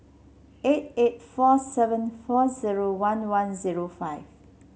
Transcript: eight eight four seven four zero one one zero five